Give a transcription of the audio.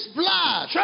blood